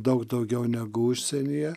daug daugiau negu užsienyje